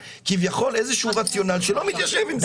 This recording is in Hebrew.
כביכול איזה שהוא רציונל שלא מתיישב עם זה.